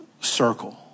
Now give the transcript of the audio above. circle